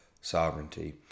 sovereignty